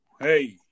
Hey